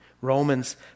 Romans